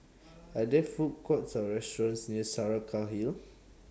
Are There Food Courts Or restaurants near Saraca Hill